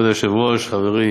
כבוד היושב-ראש, חברי